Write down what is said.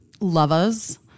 lovers